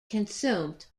consumed